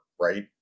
right